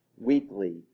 weekly